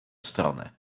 stronę